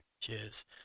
cheers